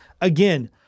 again